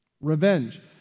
Revenge